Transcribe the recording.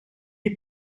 est